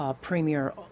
premier